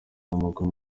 w’amaguru